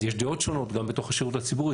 אז יש דעות שונות גם בתוך השירות הציבורי,